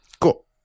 Cool